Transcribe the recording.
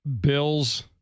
Bills